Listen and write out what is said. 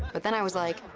but then i was like,